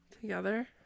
together